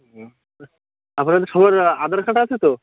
আপনাদের সবার আধার কার্ড আছে তো